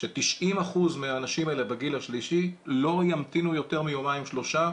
ש-90% מהאנשים האלה בגיל השלישי לא ימתינו יותר מיומיים שלושה